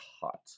hot